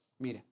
Mire